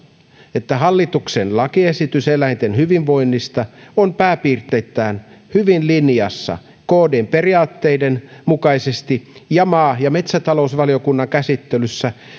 että hallituksen lakiesitys eläinten hyvinvoinnista on pääpiirteittäin hyvin linjassa kdn periaatteiden mukaisesti ja maa ja metsätalousvaliokunnan käsittelyssä